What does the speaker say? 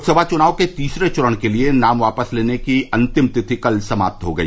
लोकसभा चुनाव के तीसरे चरण के लिये नाम वापस लेने की अंतिम तिथि कल समाप्त हो गई